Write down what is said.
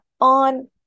On